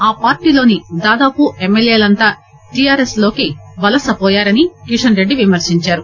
ఆ పార్టీలోని దాదాపు ఎమ్మెల్యేలందరూ టిఆర్ఎస్ లోకి వలస హోయారని కిషన్ రెడ్డి విమర్పించారు